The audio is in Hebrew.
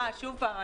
אני